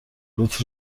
روت